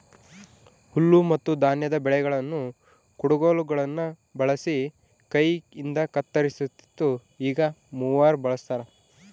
ಹುಲ್ಲುಮತ್ತುಧಾನ್ಯದ ಬೆಳೆಗಳನ್ನು ಕುಡಗೋಲುಗುಳ್ನ ಬಳಸಿ ಕೈಯಿಂದಕತ್ತರಿಸ್ತಿತ್ತು ಈಗ ಮೂವರ್ ಬಳಸ್ತಾರ